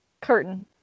Curtain